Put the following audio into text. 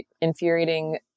infuriating